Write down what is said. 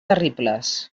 terribles